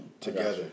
Together